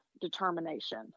determination